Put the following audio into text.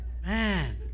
Man